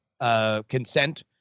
consent